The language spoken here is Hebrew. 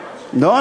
לא,